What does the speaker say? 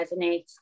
resonates